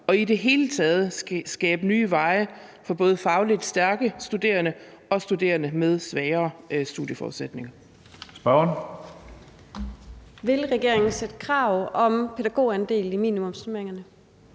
og i det hele taget skabe nye veje for både fagligt stærke studerende og studerende med svagere studieforudsætninger.